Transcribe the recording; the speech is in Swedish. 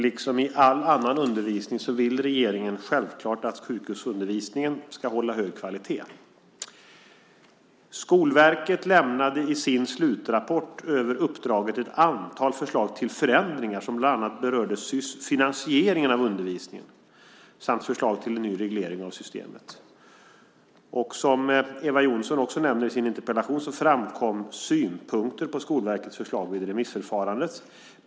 Liksom i all annan undervisning vill regeringen självklart att sjukhusundervisningen ska hålla hög kvalitet. Skolverket lämnade i sin slutrapport över uppdraget ett antal förslag till förändringar som bland annat rörde finansieringen av undervisningen samt förslag till en ny reglering av systemet. Som Eva Johnsson också nämner i sin interpellation framkom synpunkter på Skolverkets förslag vid remissförfarandet.